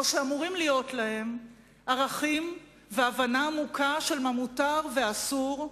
או שאמורים להיות להם ערכים והבנה עמוקה של מה מותר ומה אסור,